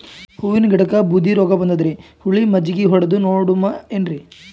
ಹೂವಿನ ಗಿಡಕ್ಕ ಬೂದಿ ರೋಗಬಂದದರಿ, ಹುಳಿ ಮಜ್ಜಗಿ ಹೊಡದು ನೋಡಮ ಏನ್ರೀ?